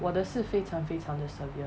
我的是非常非常的 severe